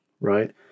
right